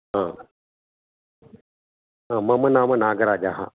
हा हा मम नाम नागराजः